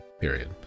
period